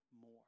more